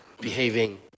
behaving